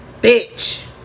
Bitch